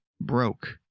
broke